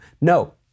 No